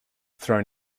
thrown